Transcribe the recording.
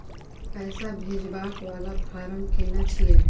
पैसा भेजबाक वाला फारम केना छिए?